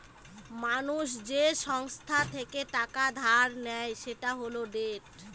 মানুষ যে সংস্থা থেকে টাকা ধার নেয় সেটা হল ডেট